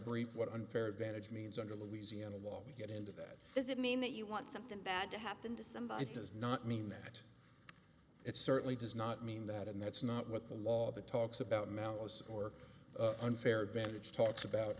what unfair advantage means under louisiana law we get into that does it mean that you want something bad to happen to somebody does not mean that it certainly does not mean that and that's not what the law the talks about malice or unfair advantage talks about